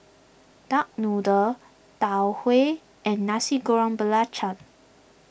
Duck Noodle Tau Huay and Nasi Goreng Belacan